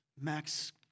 Max